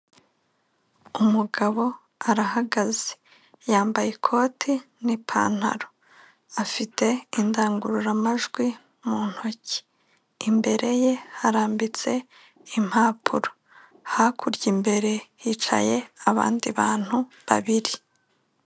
Umugabo arahagaze yambaye ikote n'ipantaro. Afite indangururamajwi mu ntoki, imbere ye harambitse impapuro, hakurya imbere hicaye abandi bantu babiri.